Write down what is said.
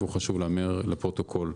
וחשוב שהוא ייאמר לפרוטוקול.